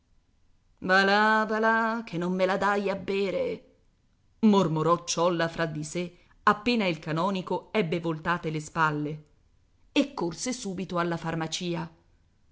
là che non me la dai a bere mormorò ciolla fra di sè appena il canonico ebbe voltate le spalle e corse subito alla farmacia